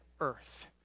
earth